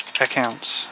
accounts